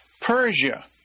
Persia